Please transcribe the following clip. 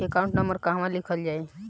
Account number कहवा लिखल जाइ?